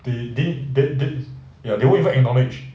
they didn't they they ya they won't even acknowledge